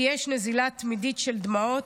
כי יש נזילה תמידית של דמעות,